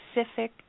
specific